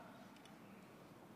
שפורסם לאחרונה